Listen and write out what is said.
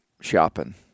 shopping